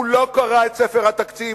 הוא לא קרא את ספר התקציב,